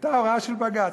הייתה הוראה של בג"ץ.